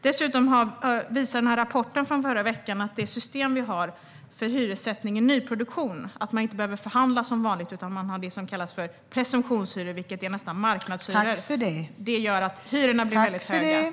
Dessutom visar rapporten att det system vi har för hyressättning i nyproduktion - att man inte behöver förhandla som vanligt utan har det som kallas för presumtionshyror, vilket nästan är marknadshyror - gör att hyrorna blir väldigt höga.